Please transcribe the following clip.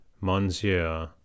Monsieur